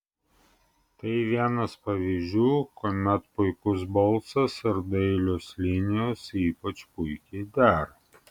tai vienas pavyzdžių kuomet puikus balsas ir dailios linijos ypač puikiai dera